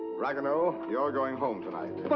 ragueneau, you're going home tonight. but